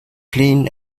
clean